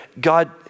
God